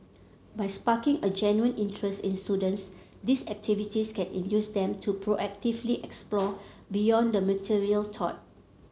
by sparking a genuine interest in students these activities can induce them to proactively explore beyond the material taught